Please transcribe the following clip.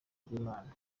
bw’imana